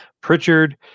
Pritchard